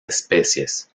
especies